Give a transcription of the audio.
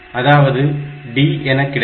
அதாவது D என கிடைக்கும்